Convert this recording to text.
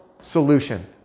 solution